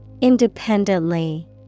independently